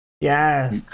Yes